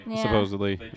Supposedly